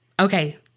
okay